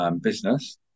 business